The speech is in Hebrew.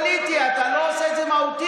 פוליטי, אתה לא עושה את זה מהותי.